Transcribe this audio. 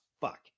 fuck